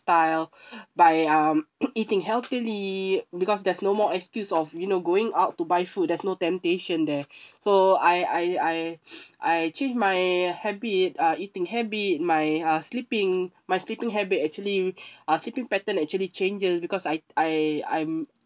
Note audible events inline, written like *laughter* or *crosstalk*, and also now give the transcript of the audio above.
*breath* by um *noise* eating healthily because there's no more excuse of you know going out to buy food there's no temptation there *breath* so I I I *noise* I achieve my habit uh eating habit my uh sleeping my sleeping habit actually *breath* uh sleeping pattern actually changes because I I I'm